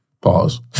Pause